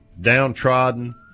downtrodden